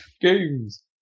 Games